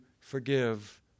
forgive